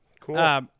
cool